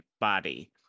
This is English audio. body